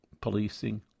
policing